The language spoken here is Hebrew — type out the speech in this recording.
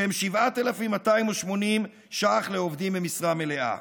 שהם 7,280 ש"ח לעובדים במשרה מלאה.